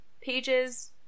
pages